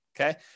okay